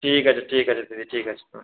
ঠিক আছে ঠিক আছে দিদি ঠিক আছে হুম